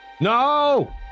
No